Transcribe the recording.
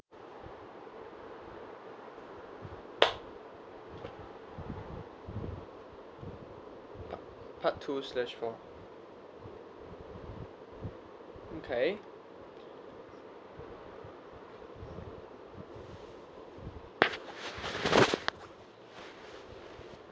part two slash four okay